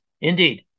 Indeed